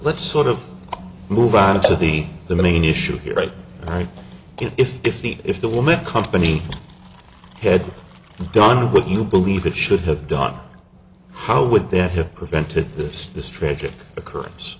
let's sort of move on to the the main issue here right if if the if the woman company had done what you believe it should have done how would that have prevented this this tragic occurrence